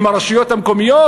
עם הרשויות המקומיות,